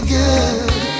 good